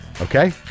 okay